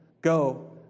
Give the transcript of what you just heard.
Go